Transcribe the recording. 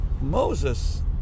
moses